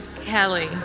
Kelly